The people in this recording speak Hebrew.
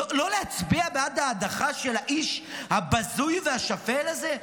לא להצביע בעד ההדחה של האיש הבזוי והשפל הזה.